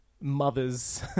mother's